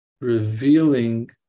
revealing